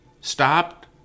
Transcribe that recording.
stopped